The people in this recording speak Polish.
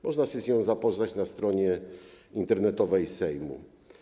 Można się z nią zapoznać na stronie internetowej Sejmu.